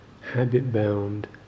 habit-bound